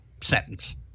sentence